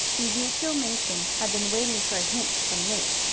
ezekiel mason had been waiting for a hint from luke,